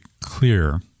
clear